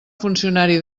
funcionari